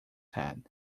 head